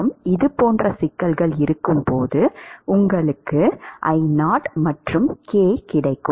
மற்றும் இதுபோன்ற சிக்கல்கள் இருக்கும்போது உங்களுக்கு I0 மற்றும் K கிடைக்கும்